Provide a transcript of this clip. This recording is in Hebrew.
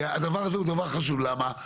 הדבר הזה הוא דבר חשוב, למה?